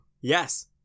Yes